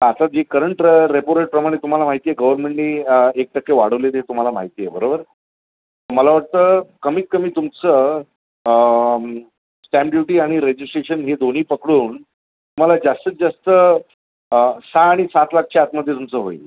आता जी current repo रेटप्रमाणे तुम्हाला माहिती आहे गव्हर्मेंटनी एक टक्के वाढवलेले ते तुम्हाला माहिती आहे बरोबर मला वाटतं कमीतकमी तुमचं स्टॅम्प ड्युटी आणि रजिस्ट्रेशन हे दोन्ही पकडून मला जास्तीत जास्त सहा आणि सात लाखाच्या आतमध्ये तुमचं होईल